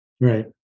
right